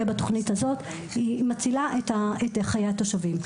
בתוכנית הזו כי היא מצילה את חיי התושבים.